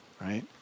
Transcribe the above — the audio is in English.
Right